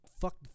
fuck